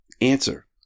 Answer